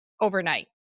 overnight